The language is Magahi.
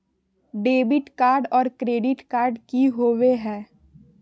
डेबिट कार्ड और क्रेडिट कार्ड की होवे हय?